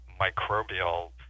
microbial